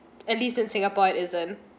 at least in singapore it isn't